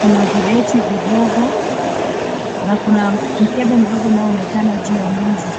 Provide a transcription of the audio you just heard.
kuna vibeti vidogo na kuna mkebe mdogo unaoonekana juu ya meza.